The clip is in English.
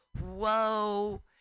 whoa